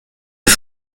das